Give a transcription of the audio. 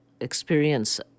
experience